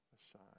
aside